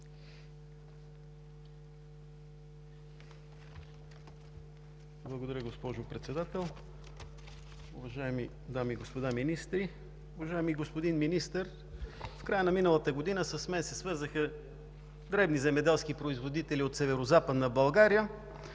Благодаря, госпожо Председател. Уважаеми дами и господа министри, уважаеми господин Министър! В края на миналата година с мен се свързаха дребни земеделски производители от Северозападна България,